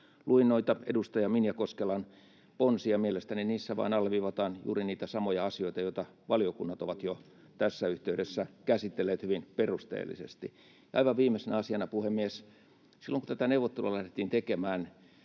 Luin noita edustaja Minja Koskelan ponsia, ja mielestäni niissä vain alleviivataan juuri niitä samoja asioita, joita valiokunnat ovat jo tässä yhteydessä käsitelleet hyvin perusteellisesti. Aivan viimeisenä asiana, puhemies: Meillä aina kysytään,